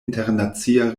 internacia